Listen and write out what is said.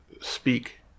speak